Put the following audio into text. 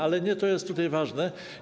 Ale nie to jest tutaj ważne.